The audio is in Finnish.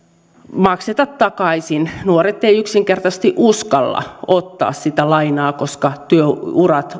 makseta takaisin nuoret eivät yksinkertaisesti uskalla ottaa sitä lainaa koska työurat